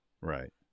Right